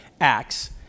Acts